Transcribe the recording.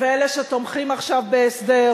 ואלה שתומכים עכשיו בהסדר